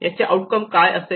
याचे आउटकम काय असेल